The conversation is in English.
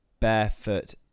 barefoot